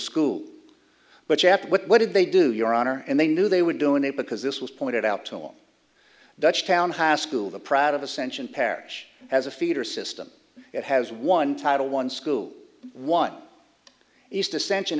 school but you have what did they do your honor and they knew they were doing it because this was pointed out to all dutch town high school the proud of ascension parish as a feeder system it has one title one school one is dissension